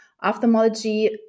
ophthalmology